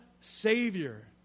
Savior